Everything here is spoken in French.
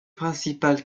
principales